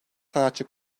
sanatçı